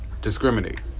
discriminate